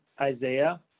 Isaiah